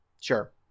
Sure